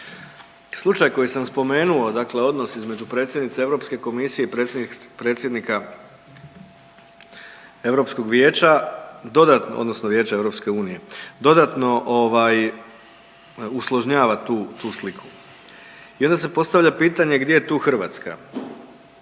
Slučaj koji sam spomenuo, dakle odnos između predsjednice Europske komisije i predsjednika Europskog vijeća dodatno odnosno Vijeća EU dodatno ovaj usložnjava tu, tu sliku i onda se postavlja pitanje gdje je tu Hrvatska.